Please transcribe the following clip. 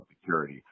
security